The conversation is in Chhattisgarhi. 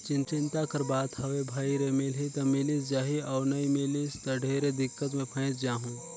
चिंता कर बात हवे भई रे मिलही त मिलिस जाही अउ नई मिलिस त ढेरे दिक्कत मे फंयस जाहूँ